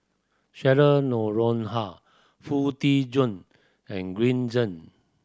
Cheryl Noronha Foo Tee Jun and Green Zeng